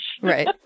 Right